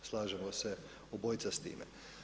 Slažemo se obojica s time.